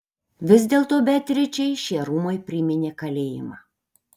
vis dėlto beatričei šie rūmai priminė kalėjimą